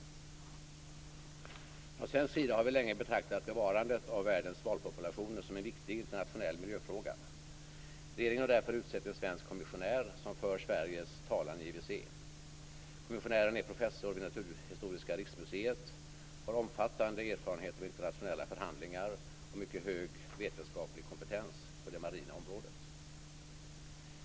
Från svensk sida har vi länge betraktat bevarandet av världens valpopulationer som en viktig internationell miljöfråga. Regeringen har därför utsett en svensk kommissionär som för Sveriges talan i IWC. Kommissionären är professor vid Naturhistoriska riksmuseet och har omfattande erfarenhet av internationella förhandlingar och mycket hög vetenskaplig kompetens på det marina området.